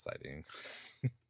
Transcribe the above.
exciting